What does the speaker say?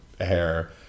hair